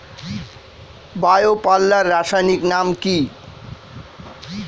Bio পাল্লার রাসায়নিক নাম কি?